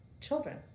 children